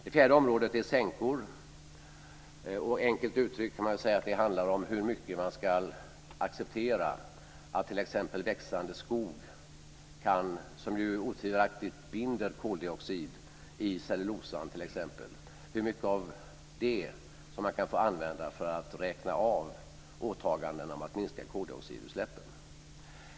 De s.k. sänkorna kan man enkelt uttryckt säga handlar om hur mycket man ska acceptera att t.ex. växande skog, som otvivelaktigt binder koldioxid i t.ex. cellulosan, får användas för att räkna av åtagandena om att minska koldioxidutsläppen.